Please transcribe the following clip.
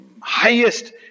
highest